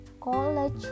college